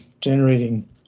generating